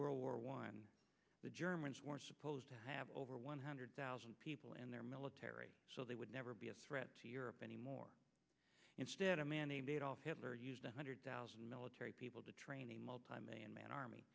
world war one the germans were supposed to have over one hundred thousand people and their military so they would never be a threat to europe anymore instead a man named adolf hitler used a hundred thousand military people to train a multimillion man army